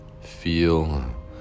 Feel